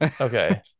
Okay